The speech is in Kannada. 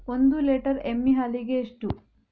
ಒಂದು ಲೇಟರ್ ಎಮ್ಮಿ ಹಾಲಿಗೆ ಎಷ್ಟು?